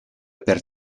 per